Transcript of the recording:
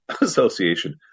Association